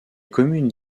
communes